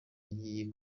agiye